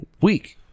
week